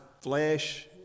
flesh